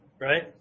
Right